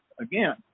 again